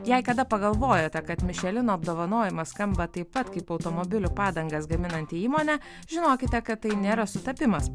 jei kada pagalvojote kad mišelino apdovanojimas skamba taip pat kaip automobilių padangas gaminanti įmonė žinokite kad tai nėra sutapimas